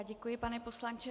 Děkuji vám, pane poslanče.